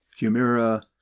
Humira